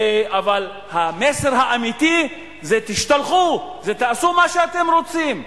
אבל המסר האמיתי זה: תשתלחו, תעשו מה שאתם רוצים.